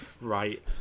right